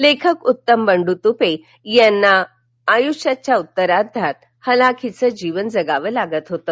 लेखक उत्तम बंडू तुपे यांना आयुष्याच्या उत्तरार्धात हलाखीचं जीवन जगावं लागत होतं